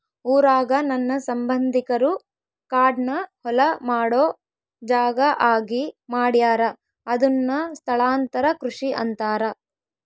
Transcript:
ಊರಾಗ ನನ್ನ ಸಂಬಂಧಿಕರು ಕಾಡ್ನ ಹೊಲ ಮಾಡೊ ಜಾಗ ಆಗಿ ಮಾಡ್ಯಾರ ಅದುನ್ನ ಸ್ಥಳಾಂತರ ಕೃಷಿ ಅಂತಾರ